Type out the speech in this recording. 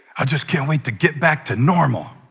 i just can't wait to get back to normal.